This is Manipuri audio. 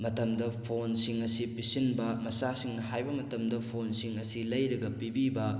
ꯃꯇꯝꯗ ꯐꯣꯟꯁꯤꯡ ꯑꯁꯤ ꯄꯤꯁꯤꯟꯕ ꯃꯆꯥꯁꯤꯡꯅ ꯍꯥꯏꯕ ꯃꯇꯝꯗ ꯐꯣꯟꯁꯤꯡ ꯑꯁꯤ ꯂꯩꯔꯒ ꯄꯤꯕꯤꯕ